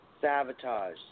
Sabotage